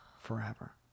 forever